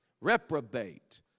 Reprobate